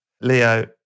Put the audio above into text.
Leo